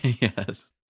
Yes